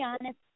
honest